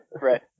Right